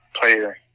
player